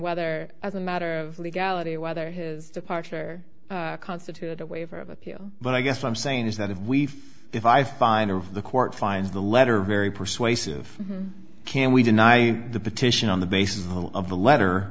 whether as a matter of legality whether his departure constituted a waiver of appeal but i guess i'm saying is that if we if i find of the court finds the letter very persuasive can we deny the petition on the basis of the letter